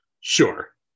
sure